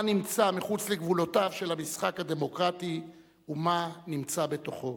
מה נמצא מחוץ לגבולותיו של המשחק הדמוקרטי ומה נמצא בתוכו,